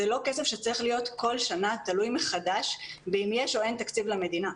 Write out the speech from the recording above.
זה לא כסף שצריך להיות כל שנה תלוי מחדש ואם יש או אין תקציב למדינה.